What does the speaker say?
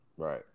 Right